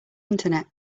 internet